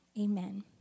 amen